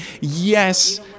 Yes